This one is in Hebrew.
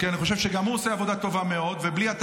כי אני חושב שגם הוא עושה עבודה טובה מאוד,